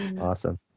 Awesome